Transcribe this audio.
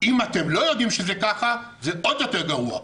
אם אתם לא יודעים שזה ככה זה עוד יותר גרוע.